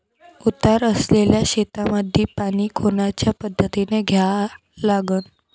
उतार असलेल्या शेतामंदी पानी कोनच्या पद्धतीने द्या लागन?